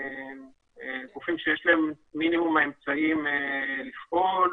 גופים שיש להם מינימום אמצעים לפעול.